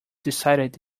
decided